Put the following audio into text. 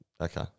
okay